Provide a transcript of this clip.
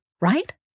right